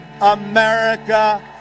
America